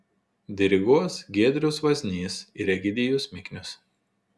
diriguos giedrius vaznys ir egidijus miknius